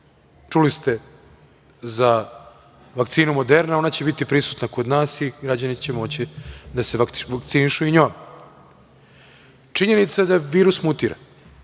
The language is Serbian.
Čuli ste za vakcinu „moderna“, ona će biti prisutna kod nas i građani će moći da se vakcinišu i njom. Činjenica je da virus mutira